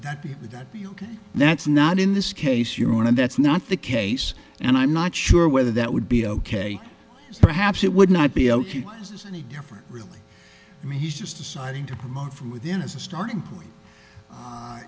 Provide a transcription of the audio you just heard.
would that be ok that's not in this case you're on and that's not the case and i'm not sure whether that would be ok perhaps it would not be ok is this any different really i mean he's just deciding to promote from within is a starting point